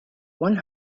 one